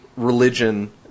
religion